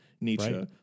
Nietzsche